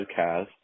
podcast